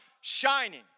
shining